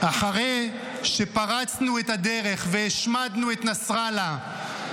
אחרי שפרצנו את הדרך והשמדנו את נסראללה,